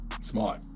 smart